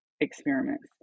experiments